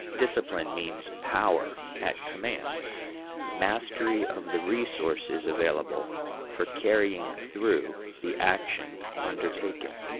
discipline means power at command mastery of the resources available for carrying through the action undertaken.